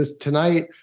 tonight